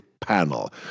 panel